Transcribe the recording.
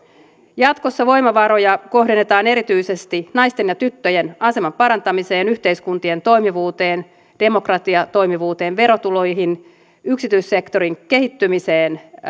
jatkossa voimavaroja kohdennetaan erityisesti naisten ja tyttöjen aseman parantamiseen ja yhteiskuntien toimivuuteen demokratian toimivuuteen verotuloihin yksityissektorin kehittymiseen